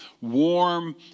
warm